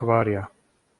akvária